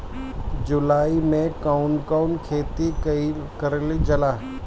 जुलाई मे कउन कउन खेती कईल जाला?